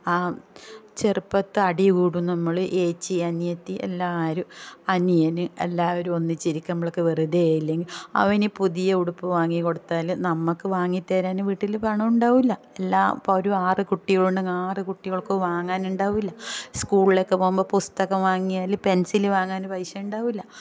ആ ചെറുപ്പത്തിൽ അടികൂടും നമ്മൾ ഏച്ചി അനിയത്തി എല്ലാരും അനിയന് എല്ലാവരും ഒന്നിച്ചിരിക്കുമ്പോളൊക്കെ വെറുതേലും അവന് പുതിയ ഉടുപ്പ് വാങ്ങി കൊടുത്താലും നമുക്ക് വാങ്ങി തരാൻ വീട്ടിൽ പണം ഉണ്ടാവില്ല എല്ലാം ഇപ്പം ഒരു ആറ് കുട്ടികളുണ്ടെങ്കിൽ ആറ് കുട്ടികൾക്കും വാങ്ങാനുണ്ടാവില്ല സ്കൂളിലോക്കെ പോകുമ്പോൾ പുസ്തകം വാങ്ങിയാൽ പെൻസിൽ വാങ്ങാൻ പൈസ ഉണ്ടാവില്ല